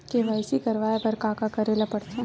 KYC करवाय बर का का करे ल पड़थे?